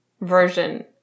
version